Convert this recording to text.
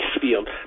field